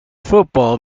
football